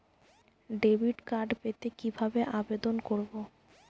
Debit card পেতে কিভাবে আবেদন করব?